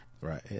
Right